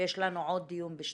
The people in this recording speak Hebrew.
ויש לנו עוד דיון ב-12:00.